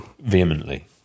vehemently